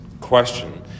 question